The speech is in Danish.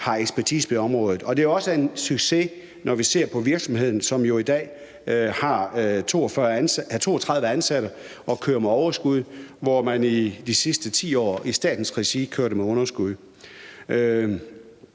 har ekspertise på området. Det er også en succes, når vi ser på virksomheden, som jo i dag har 32 ansatte og kører med overskud, hvor man de sidste 10 år i statens regi kørte med underskud.